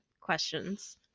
questions